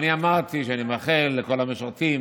ואני אמרתי שאני מאחל לכל המשרתים